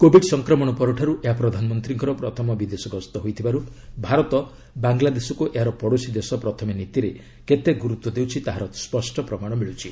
Covid ସଂକ୍ରମଣ ପରଠାରୁ ଏହା ପ୍ରଧାନମନ୍ତ୍ରୀଙ୍କର ପ୍ରଥମ ବିଦେଶ ଗସ୍ତ ହୋଇଥିବାରୁ ଭାରତ ବାଙ୍ଗଲାଦେଶକୁ ଏହାର ପଡ଼ୋଶୀ ଦେଶ ପ୍ରଥମେ ନୀତିରେ କେତେ ଗୁରୁତ୍ୱ ଦେଉଛି ତାହାର ସ୍ୱଷ୍ଟ ପ୍ରମାଣ ମିଳୁଛି